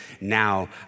now